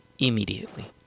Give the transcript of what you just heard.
immediately